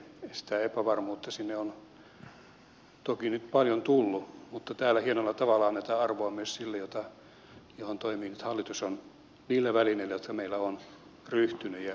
epävarmuutta sinne on toki nyt paljon tullut mutta täällä hienolla tavalla annetaan arvoa myös sille mihin toimiin nyt hallitus on niillä välineillä jotka meillä on ryhtynyt ja se on hieno asia